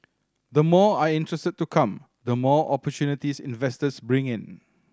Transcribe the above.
the more are interested to come the more opportunities investors bring in